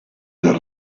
del